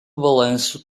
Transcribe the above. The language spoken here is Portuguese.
balanço